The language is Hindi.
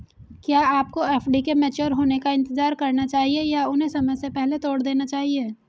क्या आपको एफ.डी के मैच्योर होने का इंतज़ार करना चाहिए या उन्हें समय से पहले तोड़ देना चाहिए?